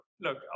Look